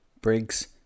Briggs